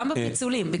גם בפיצולים.